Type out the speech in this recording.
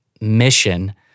mission